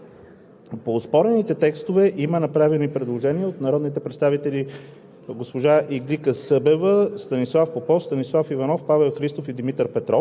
от Закона за изменение и допълнение на Кодекса на търговското корабоплаване, приет от Народното събрание на 28 октомври 2020 г.“